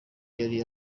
yari